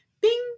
bing